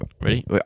ready